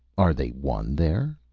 are they one there?